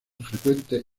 frecuentes